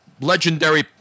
legendary